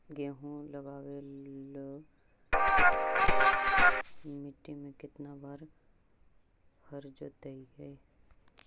गेहूं लगावेल मट्टी में केतना बार हर जोतिइयै?